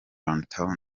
runtown